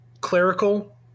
clerical